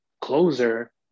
closer